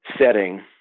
setting